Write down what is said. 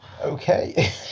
Okay